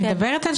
היא מדברת על